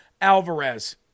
Alvarez